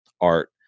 art